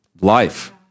life